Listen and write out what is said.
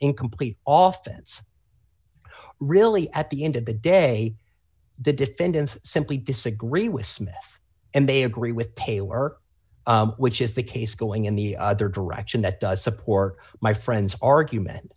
incomplete often it's really at the end of the day the defendants simply disagree with smith and they agree with taylor which is the case going in the other direction that does support my friend's argument